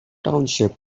township